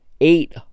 eight